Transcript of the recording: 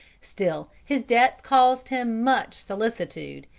still his debts caused him much solicitude,